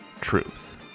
truth